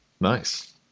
Nice